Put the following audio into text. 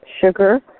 Sugar